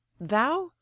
thou